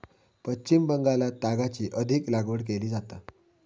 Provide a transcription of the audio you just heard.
पश्चिम बंगालात तागाची अधिक लागवड केली जाता